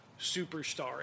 superstar